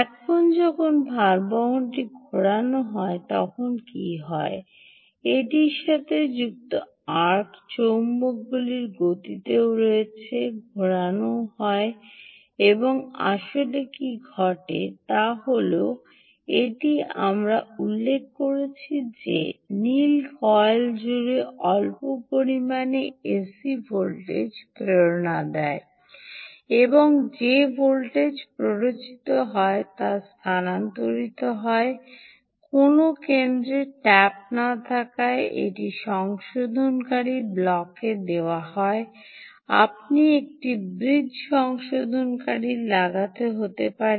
এখন যখন ভারবহনটি ঘোরানো হয় তখন কী হয় এটির সাথে যুক্ত আর্ক চৌম্বকগুলি গতিতেও রয়েছে ঘোরানোও হয় এবং আসলে কী ঘটে তা হল এটি আমরা উল্লেখ করেছি যে নীল কয়েল জুড়ে অল্প পরিমাণে এসি ভোল্টেজ প্রেরণা দেয় এবং যে ভোল্টেজ প্ররোচিত হয় তা স্থানান্তরিত হয় কোনও কেন্দ্রে ট্যাপ না থাকায় একটি সংশোধনকারী ব্লকে দেওয়া হয় আপনি একটি ব্রিজ সংশোধনকারী লাগাতে হতে পারে